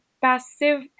passive